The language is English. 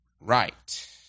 right